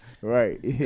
Right